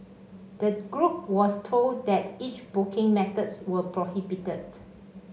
the group was told that each booking methods were prohibited